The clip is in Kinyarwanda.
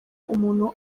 umuntu